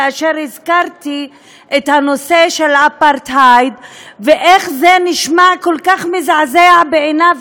כאשר הזכרתי את הנושא של האפרטהייד ואיך זה נשמע כל כך מזעזע בעיניו,